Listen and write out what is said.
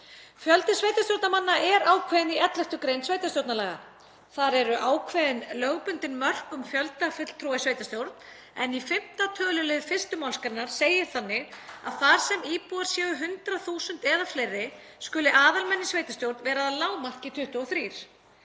Fjöldi sveitarstjórnarmanna er ákveðinn í 11. gr. sveitarstjórnarlaga. Þar eru ákveðin lögbundin mörk um fjölda fulltrúa í sveitarstjórn. Í 5. tölulið 1. mgr. segir þannig að þar sem íbúar séu 100.000 eða fleiri skuli aðalmenn í sveitarstjórn vera að lágmarki 23.